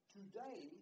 Today